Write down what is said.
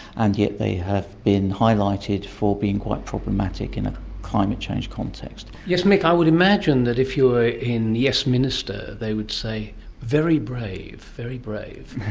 and yet they have been highlighted for being quite problematic in a climate change context. yes mick, i would imagine that if you were in yes minister, they would say very brave, very brave!